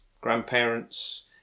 grandparents